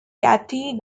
kathy